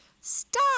Stop